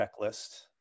checklist